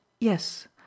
Yes